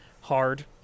hard